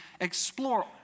explore